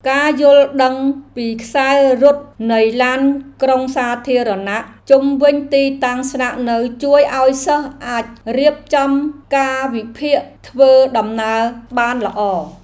ការយល់ដឹងពីខ្សែរត់នៃឡានក្រុងសាធារណៈជុំវិញទីតាំងស្នាក់នៅជួយឱ្យសិស្សអាចរៀបចំកាលវិភាគធ្វើដំណើរបានល្អ។